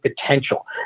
potential